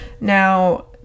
Now